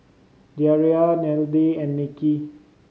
Deyanira and Nicky